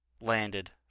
landed